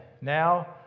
Now